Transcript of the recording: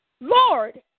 Lord